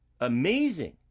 amazing